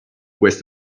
weighs